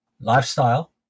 lifestyle